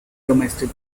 domestic